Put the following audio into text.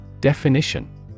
Definition